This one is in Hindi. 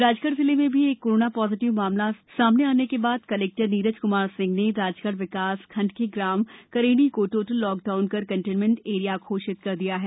राजगढ़ जिले में भी एक कोरोना पॉजिटिव मामला आने के बाद कलेक्टर श्री नीरज क्मार सिंह ने राजगढ़ विकासखंड के ग्राम करेड़ी को टोटल लॉक डाउन कर कंटेनमेंट एरिया घोषित किया है